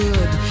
Good